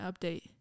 update